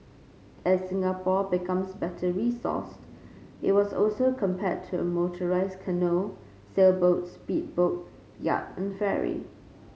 as Singapore becomes better resourced it was also compared to a motorised canoe sailboat speedboat yacht and ferry